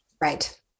Right